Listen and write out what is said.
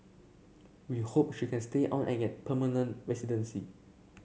we hope she can stay on and get permanent residency